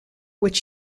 which